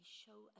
show